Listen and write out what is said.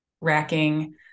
racking